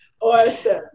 awesome